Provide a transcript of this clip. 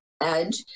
edge